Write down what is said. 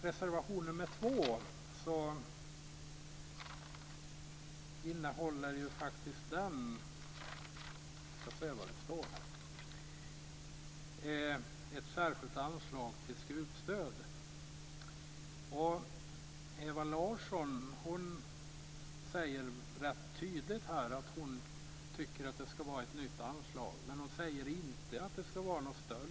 Reservation nr 2 innehåller ett särskilt anslag till skutstöd. Ewa Larsson säger rätt tydligt att hon tycker att det skall vara ett nytt anslag, men hon säger inte att anslaget skall vara större.